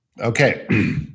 Okay